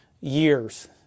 years